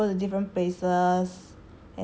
we just like go to different places